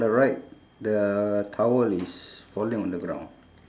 the right the towel is falling on the ground